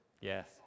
Yes